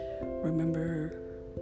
Remember